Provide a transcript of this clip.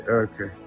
okay